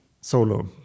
Solo